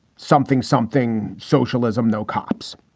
something something socialism. no cops.